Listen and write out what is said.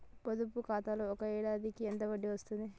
పొదుపు ఖాతాలో ఒక ఏడాదికి ఎంత వడ్డీ వస్తది?